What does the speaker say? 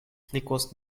flikos